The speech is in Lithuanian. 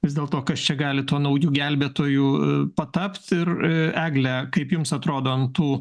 vis dėlto kas čia gali tuo nauju gelbėtoju patapti ir egle kaip jums atrodo ant tų